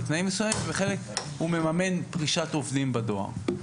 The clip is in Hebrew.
בתנאים מסוימים וחלק הוא מממן פרישת עובדים בדואר.